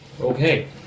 Okay